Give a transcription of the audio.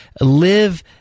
live